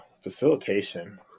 facilitation